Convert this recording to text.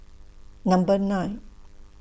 Number nine